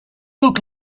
look